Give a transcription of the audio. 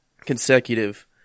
consecutive